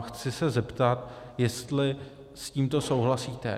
Chci se zeptat, jestli s tímto souhlasíte.